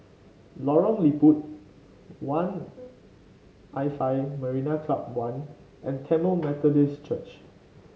Lorong Liput One l Five Marina Club One and Tamil Methodist Church